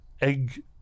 egg